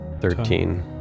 Thirteen